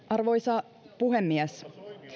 arvoisa puhemies